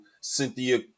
Cynthia